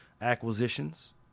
acquisitions